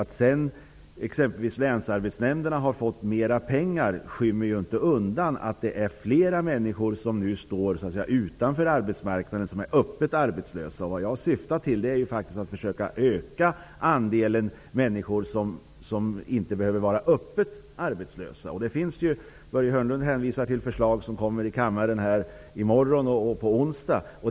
Att exempelvis länsarbetsnämnderna har fått mer pengar tar inte bort det faktum att flera människor nu står utanför arbetsmarknaden. De är öppet arbetslösa. Jag syftar faktiskt till att försöka öka andelen människor som inte behöver vara öppet arbetslösa. Börje Hörnlund hänvisar till förslag som skall debatteras i kammaren i morgon och på onsdag.